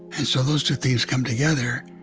and so those two things come together,